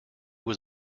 was